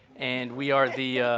and we are the